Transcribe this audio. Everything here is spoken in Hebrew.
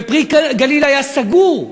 ו"פרי הגליל" היה סגור,